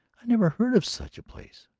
i never heard of such a place.